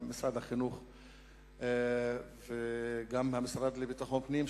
גם משרד החינוך וגם המשרד לביטחון פנים,